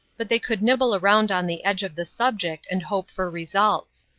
but they could nibble around on the edge of the subject and hope for results.